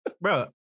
bro